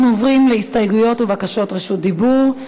אנחנו עוברים להסתייגויות ולבקשות רשות דיבור.